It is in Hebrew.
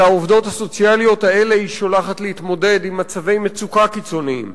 את העובדות הסוציאליות האלה היא שולחת להתמודד עם מצבי מצוקה קיצוניים.